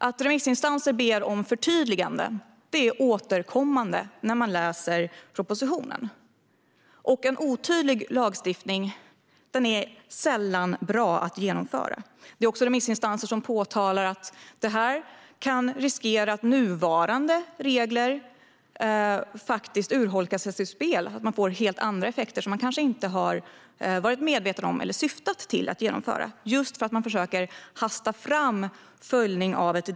Att remissinstanser ber om förtydliganden är någonting som är återkommande när man läser propositionen, och en otydlig lagstiftning är sällan bra att genomföra. Det finns också remissinstanser som påtalar att det här kan riskera att nuvarande regler urholkas och sätts ur spel och att man får helt andra effekter, som man kanske inte har varit medveten om eller syftat till, beroende på att man försöker hasta fram detta.